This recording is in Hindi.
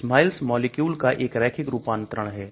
SMILES मॉलिक्यूल का एक रैखिक रूपांतरण है